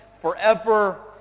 forever